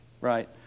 right